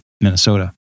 Minnesota